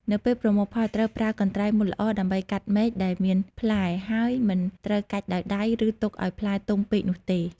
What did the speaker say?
នៅពេលប្រមូលផលត្រូវប្រើកន្ត្រៃមុតល្អដើម្បីកាត់មែកដែលមានផ្លែ ហើយមិនត្រូវកាច់ដោយដៃ ឬទុកឱ្យផ្លែទុំពេកនោះទេ។